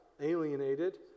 alienated